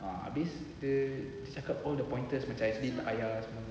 ah habis kita cakap all the pointers macam actually tak payah semua